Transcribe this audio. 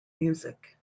music